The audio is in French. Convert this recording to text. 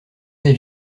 baie